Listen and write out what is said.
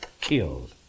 killed